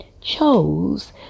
chose